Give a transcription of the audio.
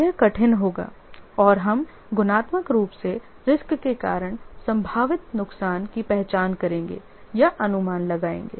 यह कठिन होगा और हम गुणात्मक रूप से रिस्क के कारण संभावित नुकसान की पहचान करेंगे या अनुमान लगाएंगे